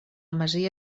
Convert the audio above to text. masia